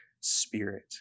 Spirit